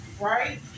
right